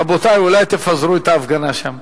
רבותי, אולי תפזרו את ההפגנה שם?